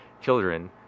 children